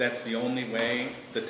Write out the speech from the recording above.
that's the only way the